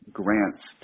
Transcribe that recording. grants